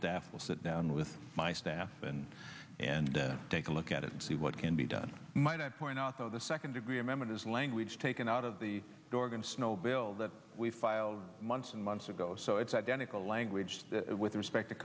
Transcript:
staff will sit down with my staff and and take a look at it and see what can be done might i point out though the second degree remember this language taken out of the dorgan snow bill that we filed months and months ago so it's identical language with respect to